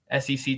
SEC